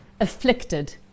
afflicted